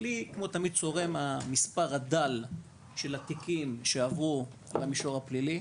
לי צורם המספר הדל של התיקים שעברו למישור הפלילי.